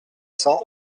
cents